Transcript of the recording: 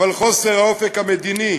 אבל חוסר האופק המדיני,